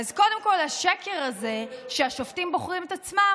אז קודם כול, השקר הזה שהשופטים בוחרים את עצמם,